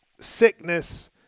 sickness